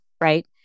right